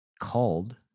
called